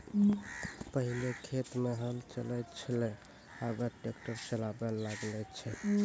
पहिलै खेत मे हल चलै छलै आबा ट्रैक्टर चालाबा लागलै छै